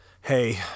hey